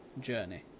journey